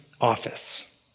office